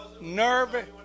nervous